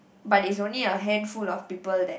but it's only a handful of people that